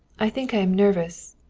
i think i am nervous.